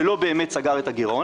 זה לא באמת סגר את הגרעון,